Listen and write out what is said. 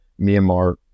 Myanmar